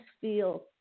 feel